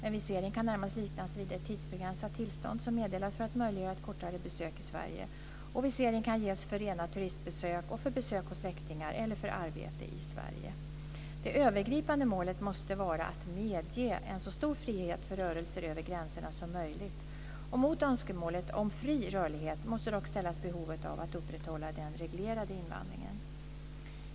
En visering kan närmast liknas vid ett tidsbegränsat tillstånd som meddelas för att möjliggöra ett kortare besök i Sverige. Visering kan ges för rena turistbesök och för besök hos släktingar eller för arbete i Sverige. Det övergripande målet måste vara att medge en så stor frihet för rörelser över gränserna som möjligt. Mot önskemålet om fri rörlighet måste dock ställas behovet av att upprätthålla den reglerade invandringen.